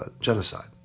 Genocide